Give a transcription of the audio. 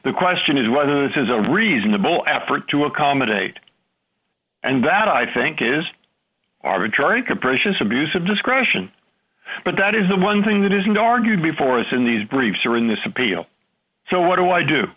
the question is was this is a reasonable effort to accommodate and that i think is arbitrary capricious abuse of discretion but that is the one thing that isn't argued before us in these briefs or in this appeal so what do i do